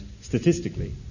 statistically